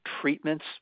treatments